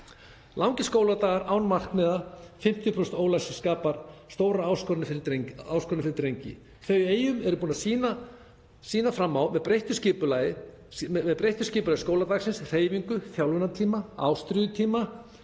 Langir skóladagar án markmiða — 50% ólæsi skapar stóra áskorun fyrir drengi. Þau í Eyjum eru búin að sýna fram á að með breyttu skipulagi skóladagsins, hreyfingu, þjálfunartíma, ástríðutíma